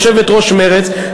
יושבת-ראש מרצ,